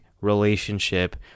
relationship